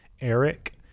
Eric